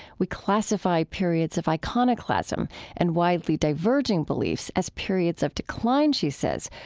we classify periods of iconoclasm and widely diverging beliefs as periods of decline, she says,